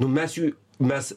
nu mes jų mes